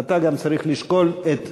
אתה גם צריך לשקול את